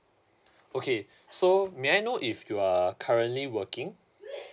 okay so may I know if you are currently working